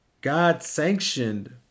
God-sanctioned